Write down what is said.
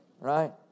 Right